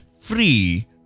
free